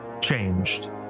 changed